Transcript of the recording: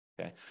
okay